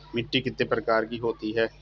मिट्टी कितने प्रकार की होती हैं?